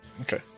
okay